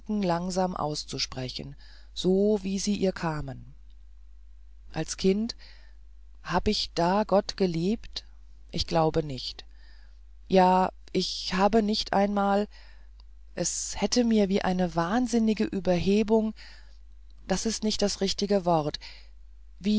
langsam auszusprechen so wie sie ihr kamen als kind hab ich da gott geliebt ich glaube nicht ja ich habe nicht einmal es hätte mir wie eine wahnsinnige überhebung das ist nicht das richtige wort